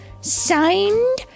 Signed